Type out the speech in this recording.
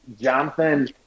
Jonathan